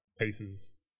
pieces